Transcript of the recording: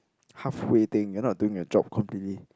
half way thing you're not doing your job completely